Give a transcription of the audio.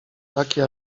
takie